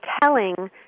telling